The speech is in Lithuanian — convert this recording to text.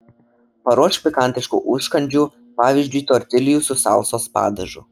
paruošk pikantiškų užkandžių pavyzdžiui tortiljų su salsos padažu